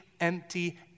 empty